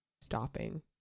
stopping